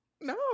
No